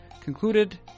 concluded